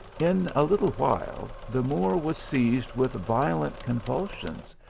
in a little while the moor was seized with violent convulsions,